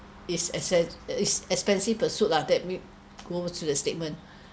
it's expen~ is expensive pursuit lah that we go to the statement